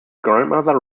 grandmother